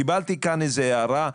קיבלתי כאן איזו הערה.